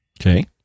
Okay